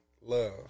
Love